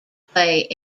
play